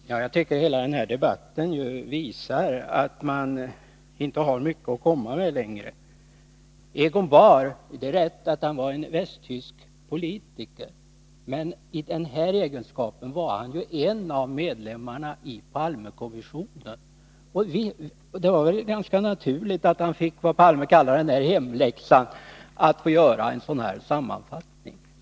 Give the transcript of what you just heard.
Herr talman! Jag tycker hela denna debatt visar att man inte har mycket att komma med längre. Det är riktigt att Egon Bahr är en västtysk politiker, men i det här sammanhanget var han en av medlemmarna i Palmekommissionen. Det var ganska naturligt att han, som Olof Palme kallade det, fick hemläxan att göra en sådan här sammanfattning.